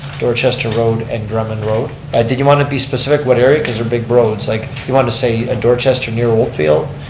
dorchestor road, and drummond road. ah do you want to be specific what area, cause they're big roads. like you want to say dorchester near oldfield?